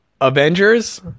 avengers